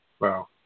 Wow